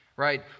right